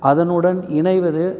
அதனுடன் இணைவது